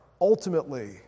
ultimately